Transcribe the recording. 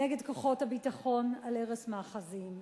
נגד כוחות הביטחון, על הרס מאחזים.